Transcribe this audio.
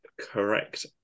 correct